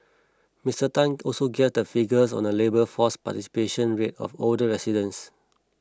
Mister Tan also gave the figures on the labour force participation rate of older residents